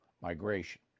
migration